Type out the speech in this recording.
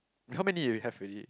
how many we have already